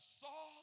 saw